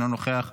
אינו נוכח,